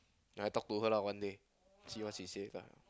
I talk to her lah one day see what she say lah